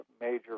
major